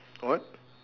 what